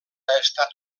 estat